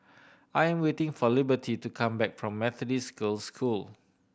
I am waiting for Liberty to come back from Methodist Girls' School